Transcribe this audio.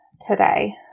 today